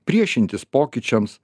priešintis pokyčiams